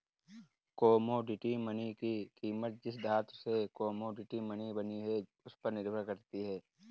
commodity money की कीमत जिस धातु से कोमोडिटी मनी बनी है उस पर निर्भर करती है